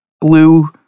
blue